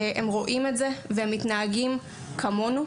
רואים את זה ומתנהגים כמונו.